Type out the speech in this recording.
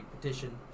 petition